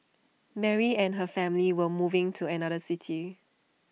Mary and her family were moving to another city